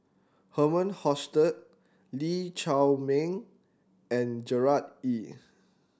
Herman Hochstadt Lee Chiaw Meng and Gerard Ee